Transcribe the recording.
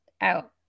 out